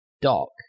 dock